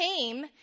came